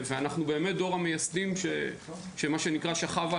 אנחנו דור המייסדים שמה שנקרא "שכב על